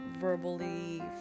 verbally